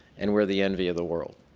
and we're the envy of the world.